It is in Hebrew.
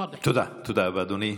ברור.) תודה רבה, אדוני.